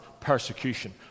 persecution